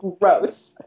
gross